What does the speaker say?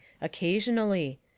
occasionally